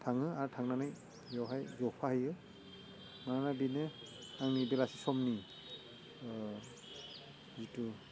थाङो आरो थांनानै बेवहाय जफाहैयो मानोना बेनो आंनि बेलासि समनि जिथु